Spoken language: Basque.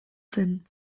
zen